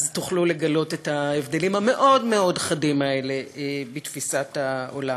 תוכלו לגלות את ההבדלים המאוד-מאוד חדים האלה בתפיסת העולם.